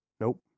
Nope